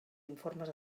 informes